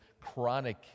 chronic